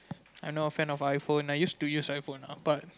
I'm not a fan of I phone I used to use I phone ah but